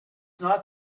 not